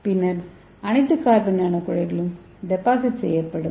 பின்னர் அனைத்து கார்பன் நானோகுழாய்களும் டெபாசிட் செய்யப்படும்